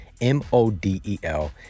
M-O-D-E-L